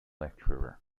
lecturer